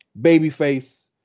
babyface